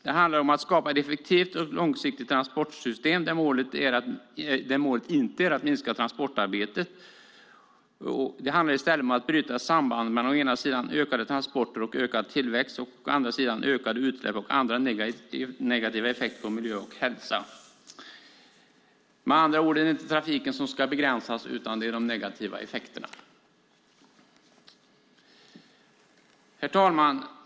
Det handlar om att skapa ett effektivt och långsiktigt transportsystem där målet inte är att minska transportarbetet. Det handlar i stället om att bryta sambandet mellan å ena sidan ökade transporter och ökad tillväxt och å andra sidan ökade utsläpp och andra negativa effekter på miljö och hälsa. Med andra ord är det inte trafiken som ska begränsas utan de negativa effekterna. Herr talman!